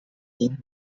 think